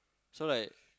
so like